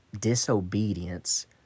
disobedience